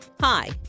Hi